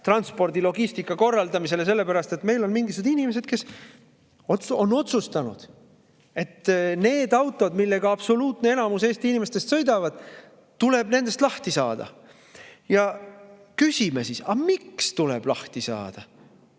transpordilogistika korraldamisele. Seda sellepärast, et mingisugused inimesed on otsustanud, et nendest autodest, millega absoluutne enamus Eesti inimestest sõidavad, tuleb lahti saada. Küsime siis, miks tuleb lahti saada.